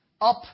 up